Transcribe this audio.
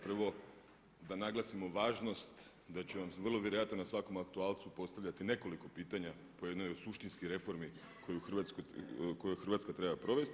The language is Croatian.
Prvo, da naglasimo važnost da ću vam vrlo vjerojatno na svakom aktualcu postavljati nekoliko pitanja po jednoj suštinskoj reformi koju Hrvatska treba provesti.